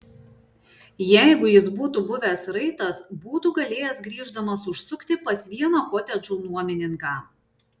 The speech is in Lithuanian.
jeigu jis būtų buvęs raitas būtų galėjęs grįždamas užsukti pas vieną kotedžų nuomininką